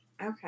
Okay